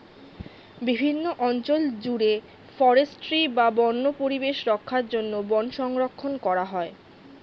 বিভিন্ন অঞ্চল জুড়ে ফরেস্ট্রি বা বন্য পরিবেশ রক্ষার জন্য বন সংরক্ষণ করা হয়